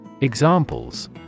Examples